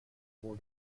four